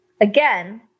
Again